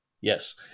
Yes